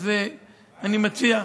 אז אני מציע,